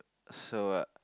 so